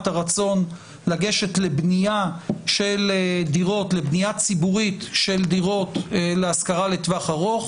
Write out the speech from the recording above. הרצון לגשת לבנייה ציבורית של דירות להשכרה לטווח ארוך